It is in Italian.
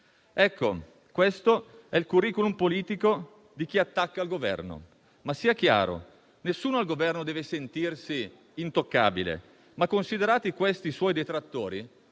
Questo è il *curriculum* politico di chi attacca il Governo. Sia chiaro che nessuno al Governo deve sentirsi intoccabile, ma considerati questi suoi detrattori,